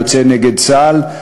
יוצא נגד צה"ל,